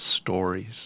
stories